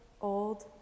old